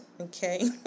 okay